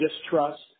distrust